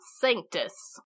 Sanctus